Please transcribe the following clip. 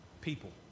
People